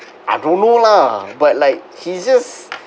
I don't know lah but like he just